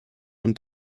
und